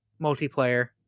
multiplayer